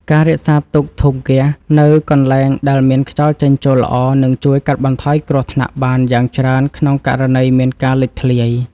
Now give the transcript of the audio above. ការរក្សាទុកធុងហ្គាសនៅកន្លែងដែលមានខ្យល់ចេញចូលល្អនឹងជួយកាត់បន្ថយគ្រោះថ្នាក់បានយ៉ាងច្រើនក្នុងករណីមានការលេចធ្លាយ។